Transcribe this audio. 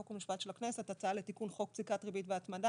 חוק ומשפט של הכנסת הצעה לתיקון חוק פסיקת ריבית והצמדה.